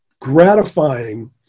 gratifying